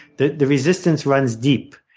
the the resistance runs deep.